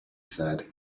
said